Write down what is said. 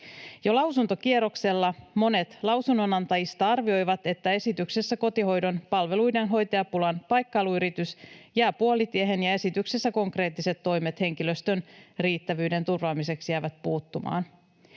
Jo lausuntokierroksella monet lausunnonantajista arvioivat, että esityksessä kotihoidon palveluiden hoitajapulan paikkailuyritys jää puolitiehen ja esityksessä konkreettiset toimet henkilöstön riittävyyden turvaamiseksi jäävät puuttumaan.